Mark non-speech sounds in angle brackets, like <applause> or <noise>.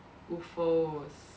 <noise>